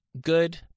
good